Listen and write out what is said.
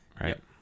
right